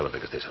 biggest